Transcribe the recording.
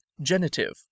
Genitive